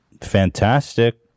fantastic